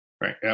Right